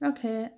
Okay